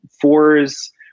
fours